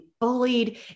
bullied